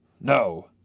No